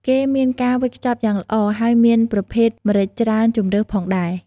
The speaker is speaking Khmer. គេមានការវេចខ្ចប់យ៉ាងល្អ ហើយមានប្រភេទម្រេចច្រើនជម្រើសផងដែរ។